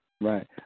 Right